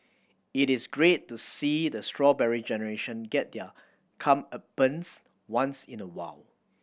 it is great to see the Strawberry Generation get their comeuppance once in the while